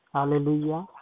Hallelujah